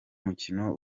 mukino